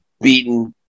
beaten